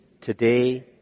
today